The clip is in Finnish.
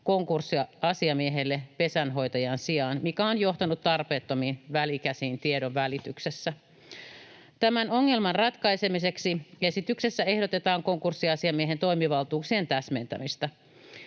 konkurssiasiamiehelle pesänhoitajan sijaan, mikä on johtanut tarpeettomiin välikäsiin tiedonvälityksessä. Tämän ongelman ratkaisemiseksi esityksessä ehdotetaan konkurssiasiamiehen toimivaltuuksien täsmentämistä.